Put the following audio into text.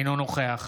אינו נוכח